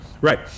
right